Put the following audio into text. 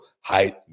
height